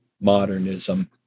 modernism